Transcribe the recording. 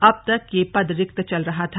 अब तक ये पद रिक्त चल रहा था